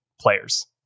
players